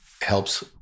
Helps